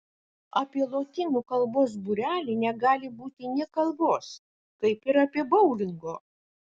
apie lotynų kalbos būrelį negali būti nė kalbos kaip ir apie boulingo